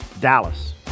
Dallas